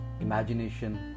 imagination